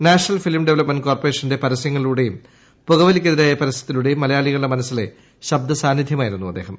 national film development കോർപ്പറേഷന്റെ പരസ്യങ്ങളിലൂട്ടെയും പുകവലിക്കെതിരായ പരസ്യത്തിലൂടെയും മലയാളിക്ളുടെ മനസ്സിലെ ശബ്ദസാനിധ്യമായിരുന്നു അദ്ദേഹം